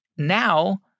now